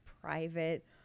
private